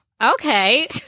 okay